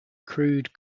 crude